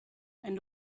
and